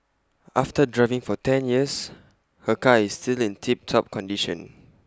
after driving for ten years her car is still in tip top condition